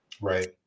right